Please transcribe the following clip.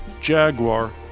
Jaguar